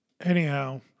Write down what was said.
Anyhow